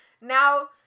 Now